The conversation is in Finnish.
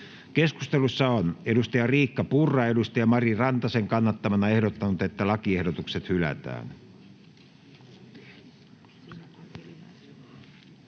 Keskustelussa on Riikka Purra Mari Rantasen kannattamana ehdottanut, että lakiehdotukset hylätään.